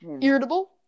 Irritable